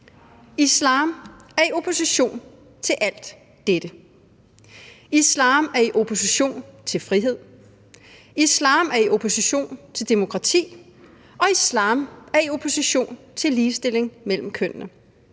Islam er i opposition til alt dette. Islam er i opposition til frihed, islam er i opposition til demokrati, islam er i opposition til ligestilling mellem kønnene.